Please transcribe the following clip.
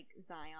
Zion